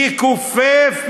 הוא יכופף,